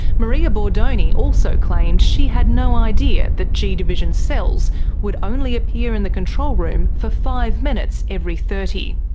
maria bordoni also claimed she had no idea that g division cells would only appear in the control room for five minutes every thirty.